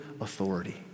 authority